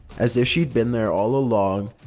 as if she'd been there all along,